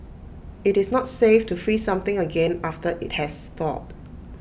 IT is not safe to freeze something again after IT has thawed